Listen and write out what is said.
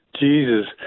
jesus